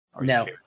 No